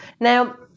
Now